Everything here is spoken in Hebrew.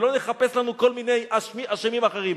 ולא נחפש לנו כל מיני אשמים אחרים.